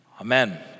Amen